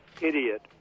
idiot